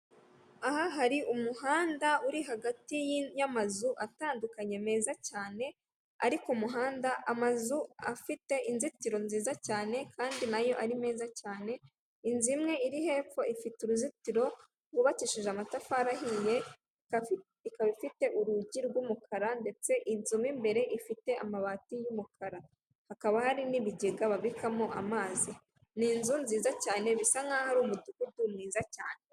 Aha hari umuhanda uri hagati y'amazu atandukanye meza cyane, ari muhanda amazu afite inzitiro nziza cyane kandi nayo ari meza cyane, inzu imwe iri hepfo ifite uruzitiro rwubakishije amatafari ahiye ikaba ifite urugi rw'umukara ndetse inzu mo imbere ifite amabati y'umukara hakaba hari n'ibigega babikamo amazi. Ni inzu nziza cyane bisa nk'aho ari umudugudu mwiza cyane.